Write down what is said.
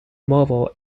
mobile